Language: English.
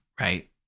right